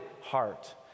heart